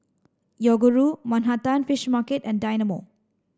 Yoguru Manhattan Fish Market and Dynamo